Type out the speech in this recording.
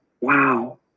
wow